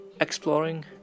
Exploring